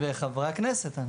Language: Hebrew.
וחברי הכנסת.